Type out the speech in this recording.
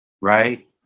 right